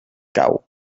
cau